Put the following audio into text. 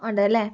ഉണ്ടല്ലേ